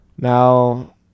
Now